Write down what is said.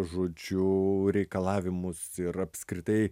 žodžiu reikalavimus ir apskritai